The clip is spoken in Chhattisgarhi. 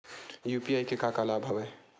यू.पी.आई के का का लाभ हवय?